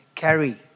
carry